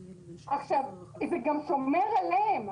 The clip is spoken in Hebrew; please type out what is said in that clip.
זה גם שומר עליהם.